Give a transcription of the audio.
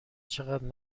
چقدر